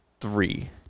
three